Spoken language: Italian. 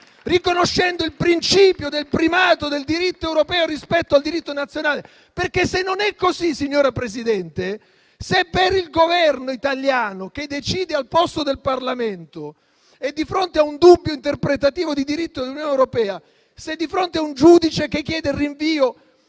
riconoscendo il principio del primato del diritto europeo rispetto al diritto nazionale. Perché se non è così, signora Presidente, se è il Governo italiano che decide al posto del Parlamento di fronte a un dubbio interpretativo di diritto dell'Unione europea o di fronte a un giudice che chiede il rinvio